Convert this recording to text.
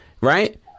right